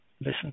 Listen